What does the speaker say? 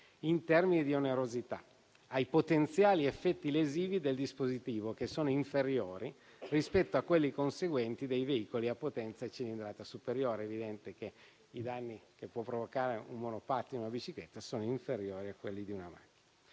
in termini di onerosità, ai potenziali effetti lesivi del dispositivo, che sono inferiori rispetto a quelli conseguenti dai veicoli a potenza e cilindrata superiore. È evidente che i danni che possono provocare un monopattino o una bicicletta sono inferiori a quelli che